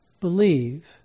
believe